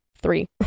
three